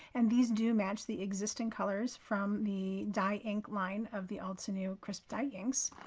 and these do match the existing colors from the dye ink line of the altenew crisp dye inks.